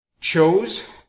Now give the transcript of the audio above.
chose